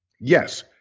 Yes